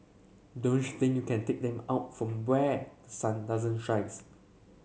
don't think you can take them out from where the sun doesn't shines